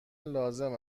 لازم